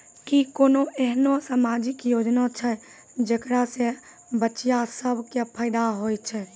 कि कोनो एहनो समाजिक योजना छै जेकरा से बचिया सभ के फायदा होय छै?